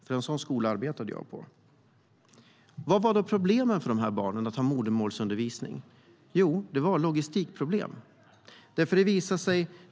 Barnen gick i olika årskurser på denna F-9-skola. Vad var problemet med modersmålsundervisningen för dessa barn? Jo, det var logistiken.